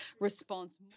response